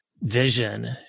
vision